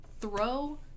Throw